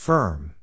Firm